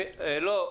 לא.